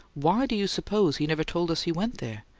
why do you suppose he never told us he went there?